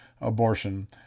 abortion